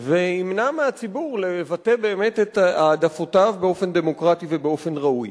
וימנע מהציבור לבטא באמת את העדפותיו באופן דמוקרטי ובאופן ראוי.